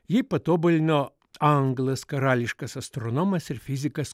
jį patobulino anglas karališkas astronomas ir fizikas